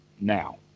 now